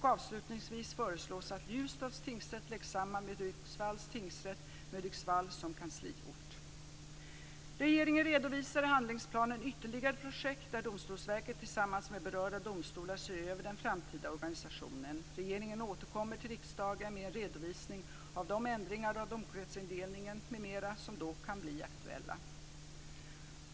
Avslutningsvis föreslås att Ljusdals tingsrätt läggs samman med Hudiksvalls tingsrätt, med Hudiksvall som kansliort. Regeringen redovisar i handlingsplanen ytterligare projekt där Domstolsverket tillsammans med berörda domstolar ser över den framtida organisationen. Regeringen återkommer till riksdagen med en redovisning av de ändringar av domkretsindelningen m.m. som då kan bli aktuella.